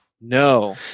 no